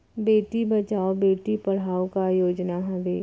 बेटी बचाओ बेटी पढ़ाओ का योजना हवे?